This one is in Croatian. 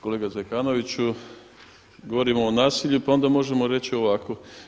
Kolega Zekanoviću govorimo o nasilju, pa onda možemo reći ovako.